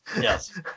yes